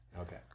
Okay